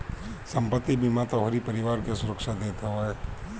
संपत्ति बीमा तोहरी परिवार के सुरक्षा देत हवे